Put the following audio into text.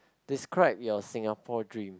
describe your Singapore dream